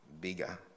bigger